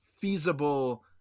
feasible